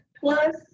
Plus